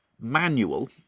manual